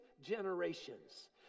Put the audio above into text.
generations